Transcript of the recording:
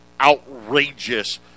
outrageous